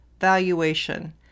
valuation